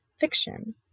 fiction